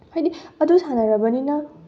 ꯍꯥꯏꯗꯤ ꯑꯗꯨ ꯁꯥꯟꯅꯔꯕꯅꯤꯅ